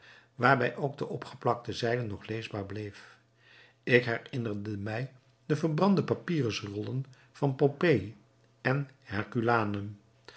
waarbij ook de opgeplakte zijde nog leesbaar bleef ik herinnerde mij de verbrande papyrusrollen van pompeji en